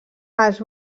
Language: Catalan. els